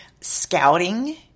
scouting